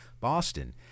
Boston